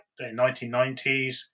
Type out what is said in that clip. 1990s